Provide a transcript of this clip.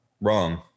Wrong